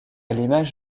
l’image